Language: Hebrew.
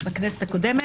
הבאת את זה בכנסת הקודמת.